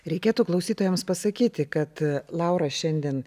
reikėtų klausytojams pasakyti kad laura šiandien